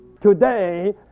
Today